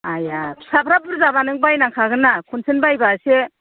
आया फिसाफ्रा बुरजाबा नों बायनांखागोन ना खनसेनो बायबा एसे